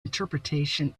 interpretation